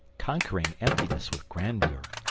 conquering emptiness with grandeur.